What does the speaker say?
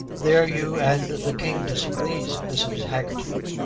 there you and the king disagrees, mrs. haggerty.